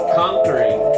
conquering